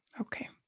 okay